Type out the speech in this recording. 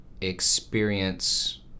experience